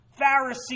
Pharisee